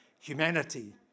humanity